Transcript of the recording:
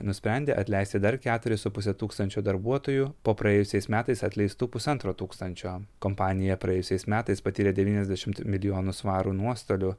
nusprendė atleisti dar keturis su puse tūkstančio darbuotojų po praėjusiais metais atleistų pusantro tūkstančio kompanija praėjusiais metais patyrė devyniasdešimt milijonų svarų nuostolių